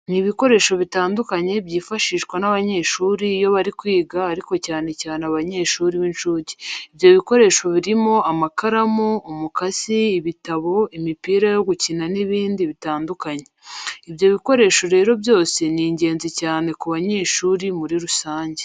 Ni ibikoresho bitandukanye byifashishwa n'abanyeshuri iyo bari kwiga ariko cyane cyane abanyeshuri b'incuke. Ibyo bikoresho birimo amakaramu, umukasi, ibitabo, imipira yo gukina n'ibindi bitandukanye. Ibyo bikoresho rero byose ni ingenzi cyane ku banyeshuri muri rusange.